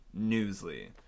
Newsly